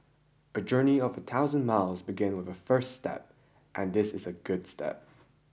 a journey of a thousand miles begins with a first step and this is a good step